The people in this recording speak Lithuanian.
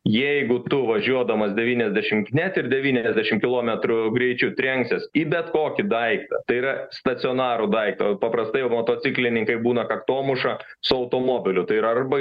jeigu tu važiuodamas devyniasdešimt net ir devyniasdešimt kilometrų greičiu trenksies į bet kokį daiktą tai yra stacionarų daiktą paprastai motociklininkai būna kaktomuša su automobiliu tai yra arba